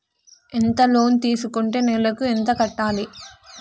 ఎంత లోన్ తీసుకుంటే నెలకు ఎంత కట్టాలి?